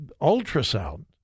ultrasound